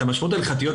תודה.